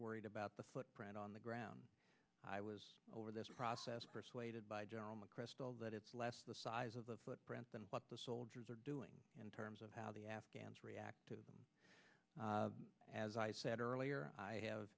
worried about the footprint on the ground i was over this process persuaded by general mcchrystal that it's less the size of the footprint than what the soldiers are doing in terms of how the afghans react to as i said earlier i have